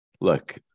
look